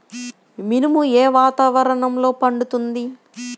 మినుము ఏ వాతావరణంలో పండుతుంది?